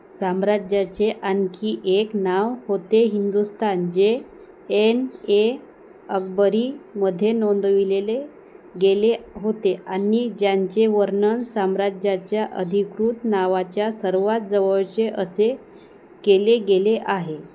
साम्राज्याचे आणखी एक नाव होते हिंदुस्थान जे ऐन ए अकबरीमध्ये नोंदविलेले गेले होते आणि ज्यांचे वर्णन साम्राज्याच्या अधिकृत नावाच्या सर्वात जवळचे असे केले गेले आहे